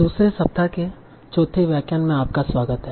दूसरे सप्ताह के चोथे व्याख्यान में आपका स्वागत है